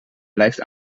blijft